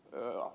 kysyn